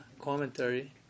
commentary